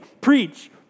preach